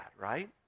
right